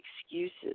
excuses